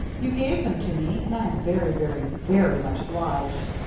you gave them to me, and i am very, very, very much obliged.